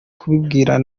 kubibwira